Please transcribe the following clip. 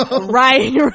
Right